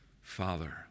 Father